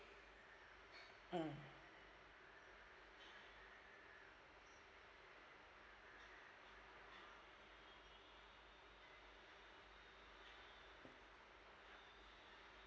mm